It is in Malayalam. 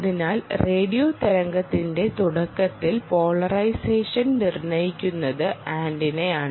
അതിനാൽ റേഡിയോ തരംഗത്തിന്റെ തുടക്കത്തിൽ പോളറൈസേഷൻ നിർണ്ണയിക്കുന്നത് ആന്റിനയാണ്